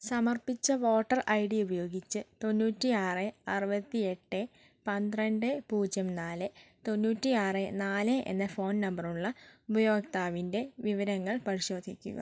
സമർപ്പിച്ച voter ID ഉപയോഗിച്ച് തോണ്ണൂറ്റിയാറ് അറുപത്തിയെട്ട് പന്ത്രണ്ട് പൂജ്യം നാല് തോണ്ണൂറ്റിയാറ് നാല് എന്ന ഫോൺ നമ്പറുള്ള ഉപയോക്താവിൻ്റെ വിവരങ്ങൾ പരിശോധിക്കുക